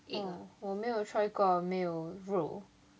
oh 我没有 try 过没有肉